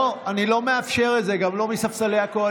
לא, אני לא מאפשר את זה, גם לא מספסלי הקואליציה.